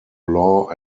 law